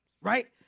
right